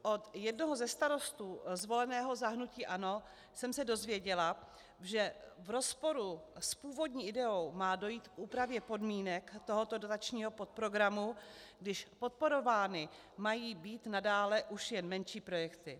Od jednoho ze starostů zvoleného za hnutí ANO jsem se dozvěděla, že v rozporu s původní ideou má dojít k úpravě podmínek tohoto dotačního podprogramu, když podporovány mají být nadále už jen menší projekty.